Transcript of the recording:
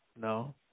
no